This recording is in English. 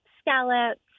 scallops